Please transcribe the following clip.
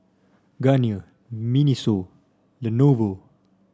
Garnier Miniso Lenovo